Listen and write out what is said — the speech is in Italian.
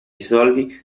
soldi